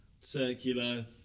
circular